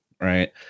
Right